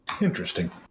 Interesting